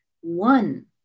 one